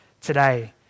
today